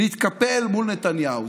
להתקפל מול נתניהו.